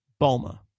Bulma